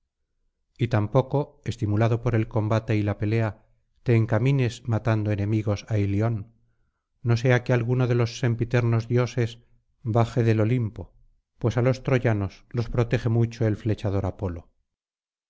y tampoco estimulado por el combate y la pelea te encamines matando enemigos á ilion no sea que alguno de los sempiternos dioses baje del olimpo pues á los troyanos los protege mucho el flechador apolo